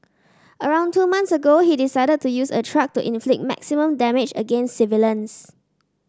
around two months ago he decided to use a truck to inflict maximum damage against civilians